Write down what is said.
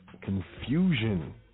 confusion